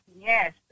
Yes